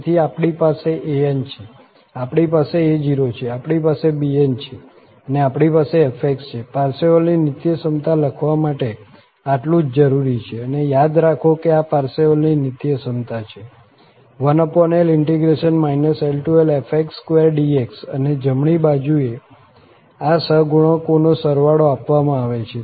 તેથી આપણી પાસે an છે આપણી પાસે a0 છે આપણી પાસે bn છે અને આપણી પાસે fxછે પારસેવલની નીત્યસમતા લખવા માટે આટલું જ જરૂરી છે અને યાદ રાખો કે આ પારસેવલની નીત્યસમતા છે 1L LL2dx અને જમણી બાજુએ આ સહગુણકોનો સરવાળો આપવામાં આવે છે